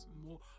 more